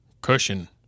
cushion